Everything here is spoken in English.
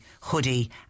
hoodie